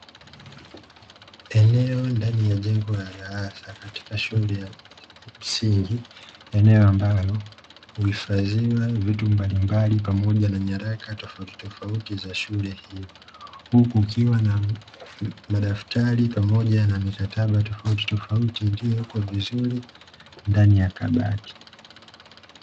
Eneo ndani ya jengo la darasa katika shule ya msingi, eneo ambalo uhifadhiwa vitu mbalimbali pamoja na nyaraka tofautitofauti za shule hyo, huku kukiwa na madaftari pamoja na mikataba tofautitofauti iliyowekwa vizuri ndani ya kabati.